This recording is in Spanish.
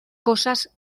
cosas